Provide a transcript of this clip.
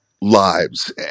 lives